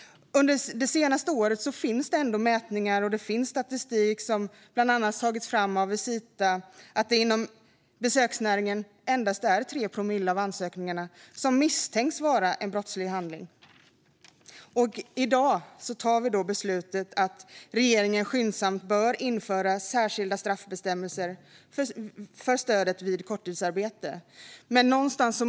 Under det senaste året finns det mätningar och statistik från bland annat Visita som visar att det inom besöksnäringen endast är 3 promille av ansökningarna som misstänks vara brottsliga. I dag tar vi beslut om att uppmana regeringen att skyndsamt införa särskilda straffbestämmelser som gäller stödet vid korttidsarbete.